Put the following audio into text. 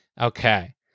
Okay